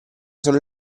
sono